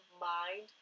mind